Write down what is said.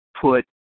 put